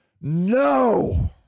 No